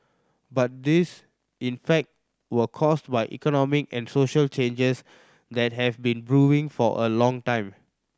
but these in fact were caused by economic and social changes that have been brewing for a long time